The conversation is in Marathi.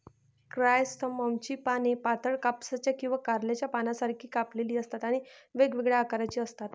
क्रायसॅन्थेममची पाने पातळ, कापसाच्या किंवा कारल्याच्या पानांसारखी कापलेली असतात आणि वेगवेगळ्या आकाराची असतात